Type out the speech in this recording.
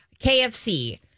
KFC